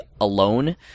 alone